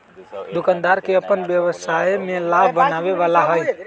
दुकानदार के अपन व्यवसाय में लाभ बनावे आवा हई